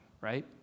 Right